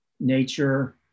nature